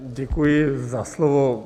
Děkuji za slovo.